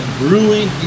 brewing